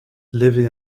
levy